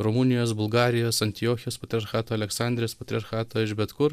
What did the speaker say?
rumunijos bulgarijos antiochijos patriarchato aleksandrijos patriarchato iš bet kur